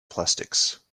plastics